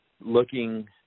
looking